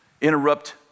interrupt